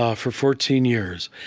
ah for fourteen years,